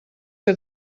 que